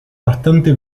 bastante